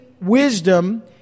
wisdom